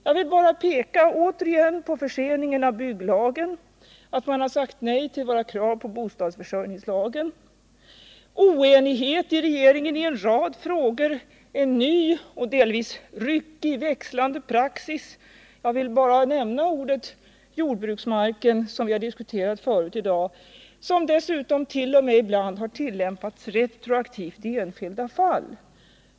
Jag vill återigen bara peka på förseningen av bygglagen, att man har sagt nej till våra krav på bostadsförsörjningslagen, oenigheten i regeringen i en rad frågor, en ny och delvis ryckig, växlande praxis. Jag vill bara nämna jordbruksmarken, som vi har diskuterat förut i dag och där bestämmelserna dessutom t.o.m. har tillämpats retroaktivt i enskilda fall.